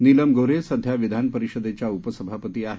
Neelam Gorhe सध्या विधान परिषदेच्या उपसभापती आहेत